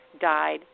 died